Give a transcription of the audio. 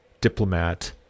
diplomat